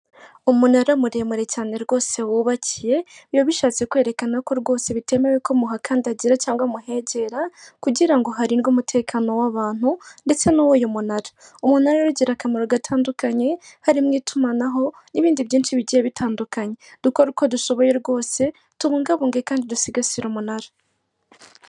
Umunara muremure cyane rwose wubakiye, biba bishatse kwerekana ko rwose bitemewe ko muhakandagira, cyangwa muhegera kugira harindwe umutekano w'abantu ndetse nuw'uyu munara. Umunara rero ugira akamaro gatandukanye harimo; itumanaho n'ibindi byinshi bigiye bitandukanye, dukore uko dushoboye rwose tubungabunge, kandi dusigasire umunara.